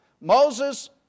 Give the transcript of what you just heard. Moses